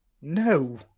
No